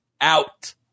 out